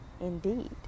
indeed